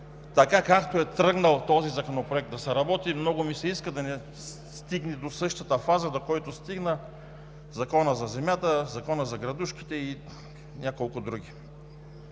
г. Както е тръгнал този законопроект да се работи, много ми се иска да не стигне до същата фаза, до която стигна Законът за земята, Законът за градушките и няколко други.